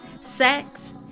sex